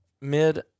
mid